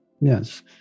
Yes